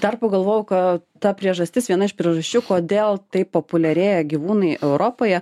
dar pagalvojau ka ta priežastis viena iš priežasčių kodėl taip populiarėja gyvūnai europoje